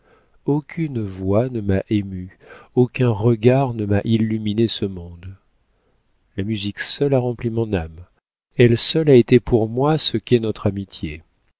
aucune voix ne m'a émue aucun regard ne m'a illuminé ce monde la musique seule a rempli mon âme elle seule a été pour moi ce qu'est notre amitié